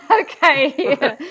okay